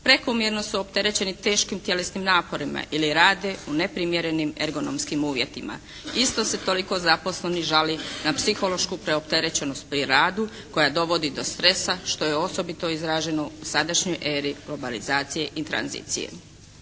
prekomjerno su opterećeni teškim tjelesnim naporima ili rade u neprimjerenim ergonomskih uvjetima. Isto se toliko zaposlenih žali na psihološku preopterećenost pri radu koja dovodi do stresa što je osobito izraženo u sadašnjoj eri globalizacije i tranzicije.